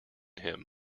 him